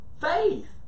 Faith